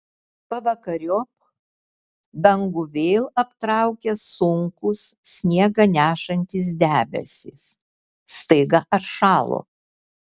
pavakariop dangų vėl aptraukė sunkūs sniegą nešantys debesys staiga atšalo